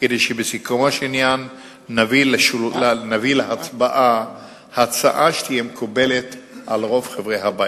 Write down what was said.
כדי שבסיכומו של עניין נביא להצבעה הצעה שתהיה מקובלת על רוב חברי הבית.